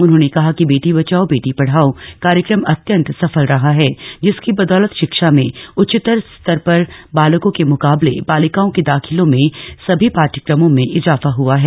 उन्होंने कहा कि बेटी बचाओ बेटी पढाओ कार्यक्रम अत्यन्त सफल रहा है जिसकी बदौलत शिक्षा में उच्चतर स्तर पर बालकों के मुकाबले बालिकाओं के दाखिलों में सभी पाठ्यक्रमों में इजाफा हुआ है